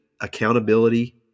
accountability